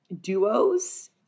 duos